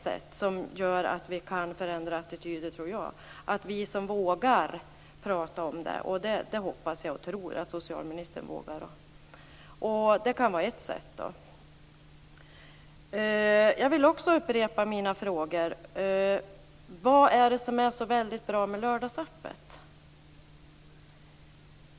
Att våga prata om varför man dricker - och det hoppas jag och tror att socialministern gör - är ett sätt att förändra attityder. Jag vill också upprepa mina frågor: Vad är det som är så bra med lördagsöppet?